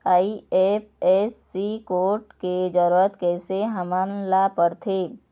IFSC code के जरूरत कैसे हमन ला पड़थे?